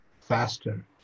faster